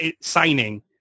signing